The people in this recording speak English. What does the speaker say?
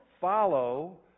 follow